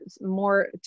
more